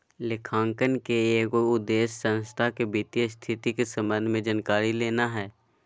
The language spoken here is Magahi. लेखांकन के एगो उद्देश्य संस्था के वित्तीय स्थिति के संबंध में जानकारी लेना हइ